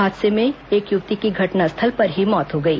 हादसे में एक युवती की घटनास्थल पर ही मौत हो गई